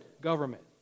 government